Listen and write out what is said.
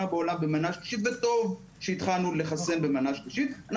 במנה השלישית וטוב שהתחלנו לחסן במנה שלישית.